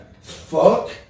Fuck